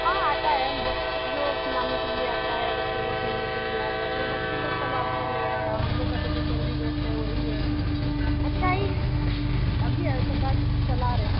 हाँ आता है बच्चों जो खिलाने के लिए आता है बच्चे को खेलने के लिए आता है तो वह बच्चे लोग कला कर ले रहे हैं तो हम लोग का जो सैलरी बेस है वही है अच्छा ही है अभी सरकार ऐसे ही चला रहे हैं